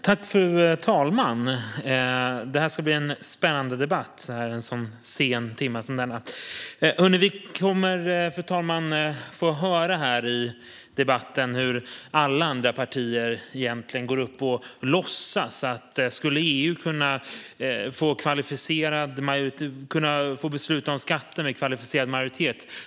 Fru talman! Det ska bli en spännande debatt i denna sena timme. Vi kommer att få höra i debatten hur egentligen alla andra partier låtsas att vi skulle dränkas av skatter från Europaparlamentet om EU skulle få besluta om skatter med kvalificerad majoritet.